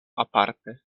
aparte